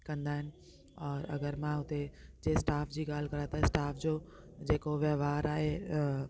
कंदा आहिनि और अगरि मां हुते जे स्टाफ जी ॻाल्हि कयां त स्टाफ जो जेको व्यवहारु आहे